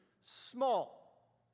small